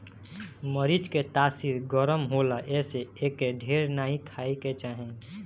मरीच के तासीर गरम होला एसे एके ढेर नाइ खाए के चाही